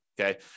Okay